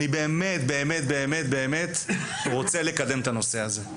אני באמת באמת באמת באמת רוצה לקדם את הנושא הזה,